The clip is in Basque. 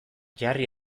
jarri